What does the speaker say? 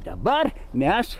dabar mes